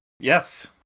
Yes